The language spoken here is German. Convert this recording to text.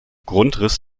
grundriss